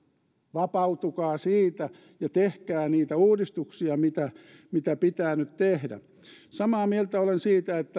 vapautukaa siitä ja tehkää niitä uudistuksia mitä mitä pitää nyt tehdä samaa mieltä olen siitä että